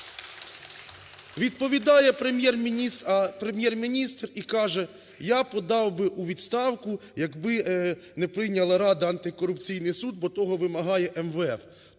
а Прем’єр-міністр і каже: "Я подав би у відставку, якби не прийняла Рада антикорупційний суд, бо того вимагає МВФ".